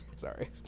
Sorry